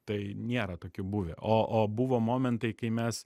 tai nėra tokių buvę o o buvo momentai kai mes